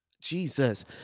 Jesus